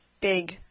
big